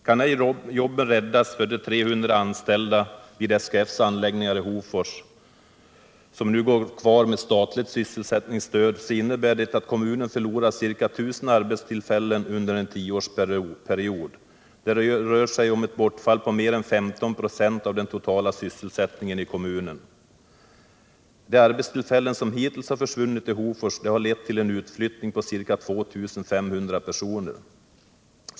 Kan jobben ej räddas för de ca 300 anställda som nu går kvar med statligt sysselsättningsstöd vid SKF:s anläggningar i Hofors, så innebär det att kommunen förlorar ca 1 000 arbetstillfällen under en tioårsperiod. Det rör sig om ett bortfall på mer än 15 96 av den totala sysselsättningen i kommunen. De arbetstillfällen som hittills har försvunnit i Hofors har lett till en utflyttning på ca 2 500 personer.